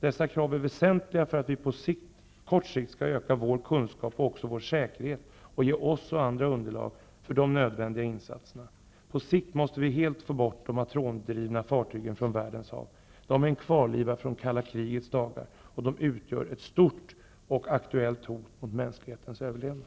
Dessa krav är väsentliga för att vi på kort sikt skall öka vår kunskap och också vår säkerhet och ge oss och andra underlag för de nödvändiga insatserna. På sikt måste vi helt få bort de atomdrivna fartygen från världens hav. De är en kvarleva från kalla krigets dagar, och de utgör ett stort och aktuellt hot mot mänsklighetens överlevnad.